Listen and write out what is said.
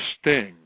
sting